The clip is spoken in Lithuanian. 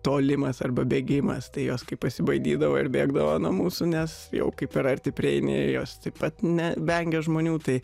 tolimas arba bėgimas tai jos kaip pasibaidydavo ir bėgdavo nuo mūsų nes jau kai per arti prieini jos taip pat ne vengia žmonių tai